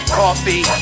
coffee